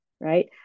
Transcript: right